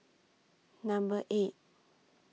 Number eight